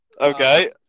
Okay